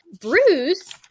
Bruce